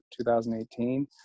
2018